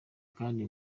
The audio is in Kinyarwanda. kandi